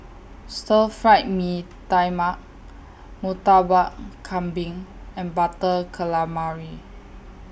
Stir Fried Mee Tai Mak Murtabak Kambing and Butter Calamari